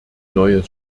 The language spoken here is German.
neues